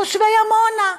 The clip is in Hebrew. תושבי עמונה.